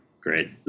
Great